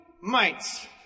mites